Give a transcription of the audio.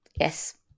Yes